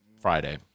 Friday